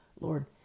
Lord